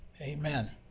Amen